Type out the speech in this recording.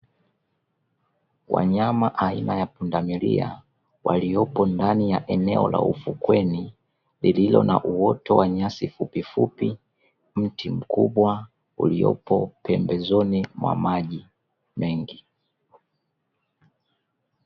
Wanyama aina ya pundamilia, waliopo ndani ya eneo la ufukweni, lililo na uoto wa nyasi fupifupi, mti mkubwa uliopo pembezoni mwa maji mengi.